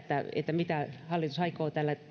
mitä hallitus aikoo